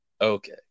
okay